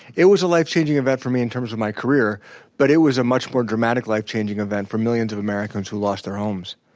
it was a life changing event for me in terms of my career but it was a much more dramatic life changing event for millions of americans who lost their homes,